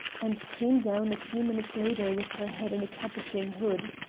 and came down a few minutes later with her head in a capuchin hood.